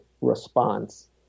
response